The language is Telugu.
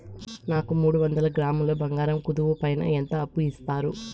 నాకు మూడు వందల గ్రాములు బంగారం కుదువు పైన ఎంత అప్పు ఇస్తారు?